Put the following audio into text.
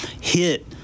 hit